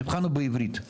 המבחן הוא בעברית,